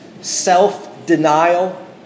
self-denial